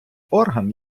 орган